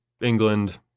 England